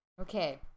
Okay